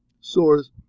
source